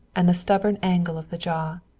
and the stubborn angle of the jaw.